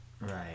Right